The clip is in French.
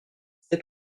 sept